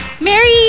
Mary